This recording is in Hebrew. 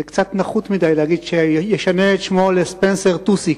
זה קצת נחות מדי להגיד שישנה את שמו לספנסר טוסיק.